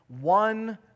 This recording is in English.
one